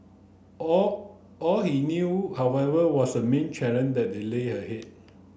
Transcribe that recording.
all all he knew however was the main challenge that the lay ahead